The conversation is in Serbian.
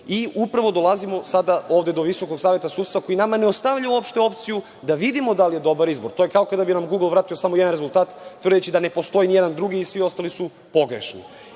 dolazimo sada ovde do VSS, koji nama ne ostavlja uopšte opciju da vidimo da li je dobar izbor. To je kao kada bi nam „Gugl“ vratio samo jedan rezultat, tvrdeći da ne postoji ni jedan drugi i svi ostali su pogrešni.